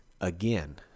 again